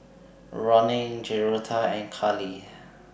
Ronin Joretta and Kali